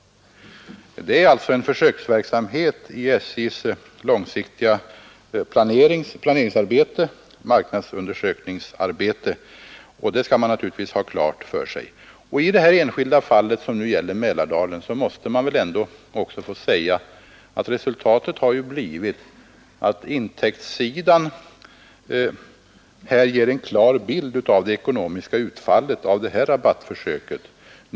Det är alltså fråga om en försöksverksamhet inom SJ:s långsiktiga planeringsoch marknadsundersökningsarbete, och det skall man naturligtvis ha klart för sig. I det enskilda fallet, som gäller Mälardalen, måste man väl också säga att intäktssidan ger en klar bild av det ekonomiska utfallet av det här rabattförsöket.